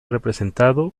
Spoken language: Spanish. representado